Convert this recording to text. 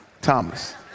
Thomas